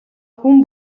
хүн